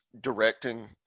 directing